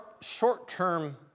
short-term